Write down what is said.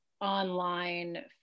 online